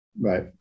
Right